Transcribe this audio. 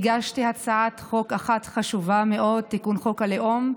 והגשתי הצעת חוק אחת חשובה מאוד, תיקון חוק הלאום.